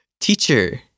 teacher